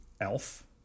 Elf